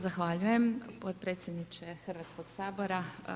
Zahvaljujem potpredsjedniče Hrvatskog sabora.